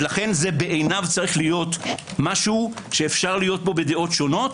לכן זה בעיניו צריך להיות משהו שאפשר להיות בו בדעות שונות.